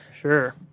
sure